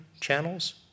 channels